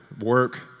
work